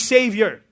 Savior